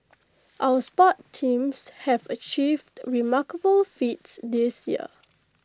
our sports teams have achieved remarkable feats this year